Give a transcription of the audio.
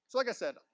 so like i said,